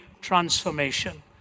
transformation